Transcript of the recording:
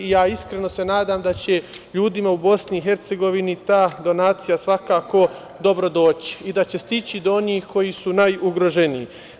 Iskreno se nadam da će ljudima u Bosni i Hercegovini ta donacija svakako dobro doći i da će stići do onih koji su najugroženiji.